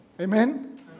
Amen